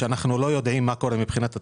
כשאנחנו לא יודעים מה קורה מבחינת התקציב,